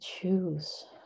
choose